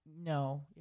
no